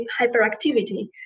hyperactivity